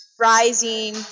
rising